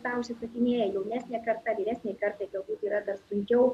tą užsisakinėja jaunesnė karta vyresnei kartai galbūt yra dar sunkiau